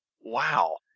Wow